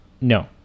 No